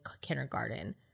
kindergarten